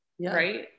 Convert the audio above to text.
right